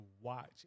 watch